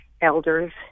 elders